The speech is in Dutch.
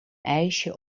ijsje